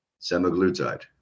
Semaglutide